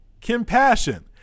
compassion